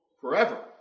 forever